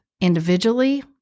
individually